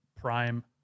prime